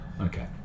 Okay